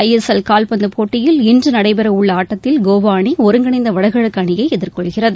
ஐ S L கால்பந்து போட்டியில் இன்று நடைபெறவுள்ள ஆட்டத்தில் கோவா அணி ஒருங்கிணைந்த வடகிழக்கு அணியை எதிர்கொள்கிறது